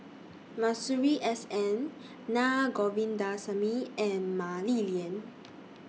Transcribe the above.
Masuri S N Naa Govindasamy and Mah Li Lian